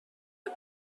the